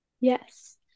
yes